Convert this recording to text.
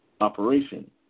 operation